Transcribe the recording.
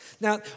Now